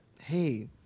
hey